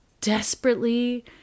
desperately